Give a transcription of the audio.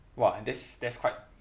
!wah! that's that's quite